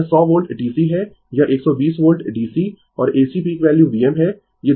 यह 100 volt DC है यह 120 वोल्ट DC और AC पीक वैल्यू Vm है